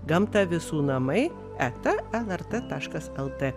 gamta visų namai eta lrt tašlas lt